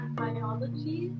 biology